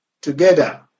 together